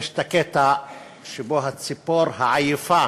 יש הקטע שבו הציפור העייפה